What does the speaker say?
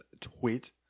tweet